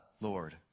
Lord